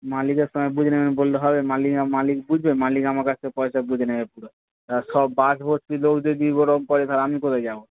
মালিকের সঙ্গে বুঝ নেবেন বললে হবে মালিক মালিক বুঝবে মালিক আমার কাছ থেকে পয়সা বুঝে নেবে সব বাসভর্তি লোক যদি ওরকম করে তাহলে আমি কোথায় যাবো